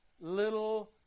little